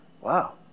wow